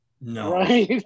no